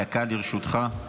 דקה לרשותך.